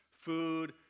food